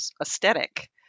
aesthetic